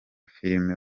filime